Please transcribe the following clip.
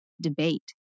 debate